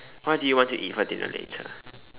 what do you want to eat for dinner later